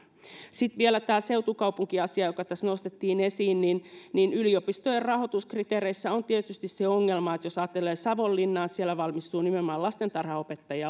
sitten vielä tämä seutukaupunkiasia joka tässä nostettiin esiin yliopistojen rahoituskriteereissä on tietysti se ongelma jos ajattelee savonlinnaa missä valmistuu nimenomaan lastentarhanopettajia